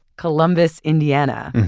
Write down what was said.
columbus, indiana.